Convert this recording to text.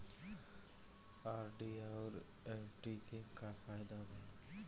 RD आउर FD के का फायदा बा?